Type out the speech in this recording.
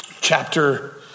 chapter